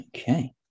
Okay